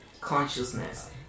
consciousness